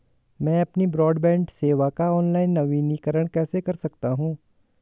मैं अपनी ब्रॉडबैंड सेवा का ऑनलाइन नवीनीकरण कैसे कर सकता हूं?